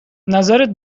نظرت